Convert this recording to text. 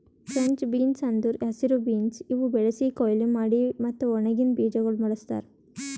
French beans ಅಂದುರ್ ಹಸಿರು beans ಇವು ಬೆಳಿಸಿ, ಕೊಯ್ಲಿ ಮಾಡಿ ಮತ್ತ ಒಳಗಿಂದ್ ಬೀಜಗೊಳ್ ಬಳ್ಸತಾರ್